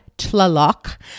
Tlaloc